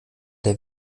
der